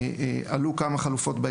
עלו כמה חלופות.